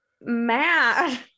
mad